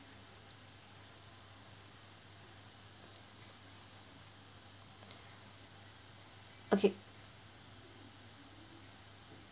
okay